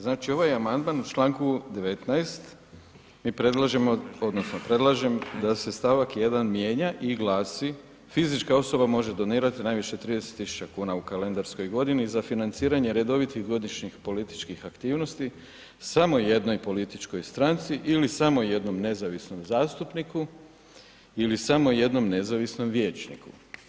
Znači ovaj amandman u članku 19, mi predlažemo, odnosno predlažem da se stavak 1 mijenja i glasi: „Fizička osoba može donirati najviše 30 tisuća kuna u kalendarskoj godini za financiranje redovitih godišnjih političkih aktivnosti samo jednoj političkoj stranci ili samo jednom nezavisnom zastupniku ili samo jednom nezavisnom vijećniku.